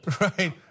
Right